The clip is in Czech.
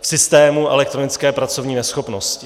v systému elektronické pracovní neschopnosti.